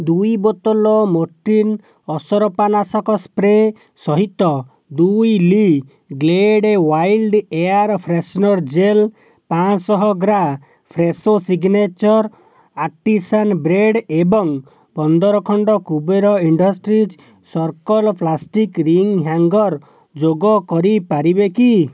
ଦୁଇ ବୋତଲ ମୋର୍ଟିନ ଅସରପା ନାଶକ ସ୍ପ୍ରେ ସହିତ ଦୁଇ ଲି Glade wild air freshener gel ପାଞ୍ଚଶହ ଗ୍ରା ଫ୍ରେଶୋ ସିଗ୍ନେଚର୍ ଆର୍ଟିସାନ୍ ବ୍ରେଡ଼୍ ଏବଂ ପନ୍ଦର ଖଣ୍ଡ Kuber industries circle plastic ring hanger ଯୋଗ କରିପାରିବେ କି